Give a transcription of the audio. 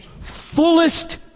fullest